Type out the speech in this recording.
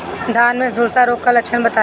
धान में झुलसा रोग क लक्षण बताई?